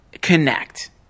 connect